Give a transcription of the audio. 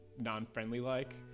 non-friendly-like